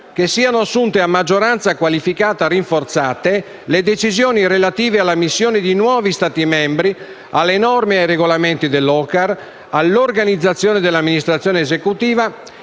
che siano assunte a maggioranza qualificata rinforzate le decisioni relative all'ammissione di nuovi Stati membri, alle norme e ai regolamenti dell'OCCAR, all'organizzazione dell'amministrazione esecutiva